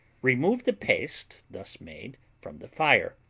remove the paste thus made from the fire,